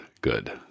good